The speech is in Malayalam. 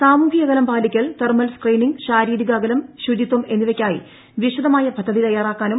സാമൂഹ്യ അകലം പാലിക്കൽ തെർമൽ സ്ക്രീനിംഗ് ശാരീരിക അകലം ശുച്ചിത്വം എന്നിവയ്ക്കായി വിശദമായ പദ്ധതി തയ്യാറാക്കാനും